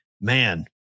man